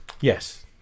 Yes